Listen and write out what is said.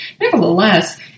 Nevertheless